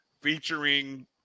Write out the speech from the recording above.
featuring